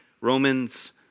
Romans